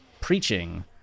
preaching